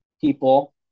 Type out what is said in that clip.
people